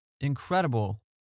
Incredible